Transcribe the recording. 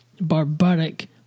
barbaric